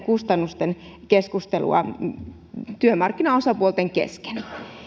jatkaa myöskin keskustelua näistä kustannuksista työmarkkinaosapuolten kesken